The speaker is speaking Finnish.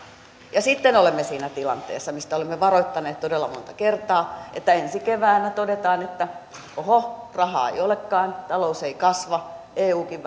ja sitten olemme siinä tilanteessa mistä olemme varoittaneet todella monta kertaa että ensi keväänä todetaan että oho rahaa ei olekaan talous ei kasva eukin